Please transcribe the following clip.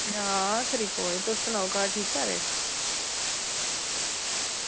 आं खरी आं तुस सनाओ घर ठीक सारे